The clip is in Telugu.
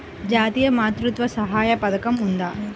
జాతీయ మాతృత్వ సహాయ పథకం ఉందా?